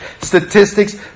statistics